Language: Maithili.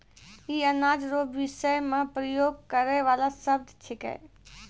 ई अनाज रो विषय मे प्रयोग करै वाला शब्द छिकै